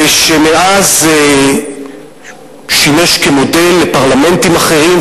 ומאז שימש כמודל לפרלמנטים אחרים,